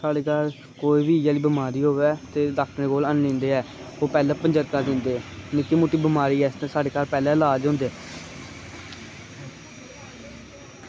ते साढ़े घरै च कोई बी बमारी होऐ ते डॉक्टरै कोल ऐनी जंदे ऐ ओह् पैह्लें पंजरका पींदे ते जेह्ड़ी निक्की मुट्टी बमारी होऐ ओह् घर ई करदे लाज़